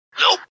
Nope